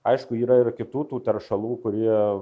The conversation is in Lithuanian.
aišku yra ir kitų tų teršalų kurie